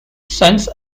sons